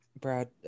Brad